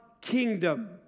kingdom